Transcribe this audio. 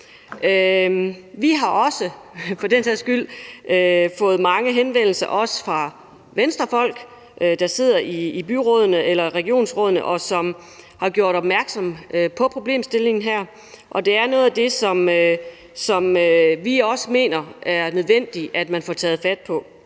den sags skyld fået mange henvendelser – også fra Venstrefolk, der sidder i byrådene eller regionsrådene – som har gjort opmærksom på problemstillingen her, og det er noget af det, som vi også mener er nødvendigt at få taget fat på.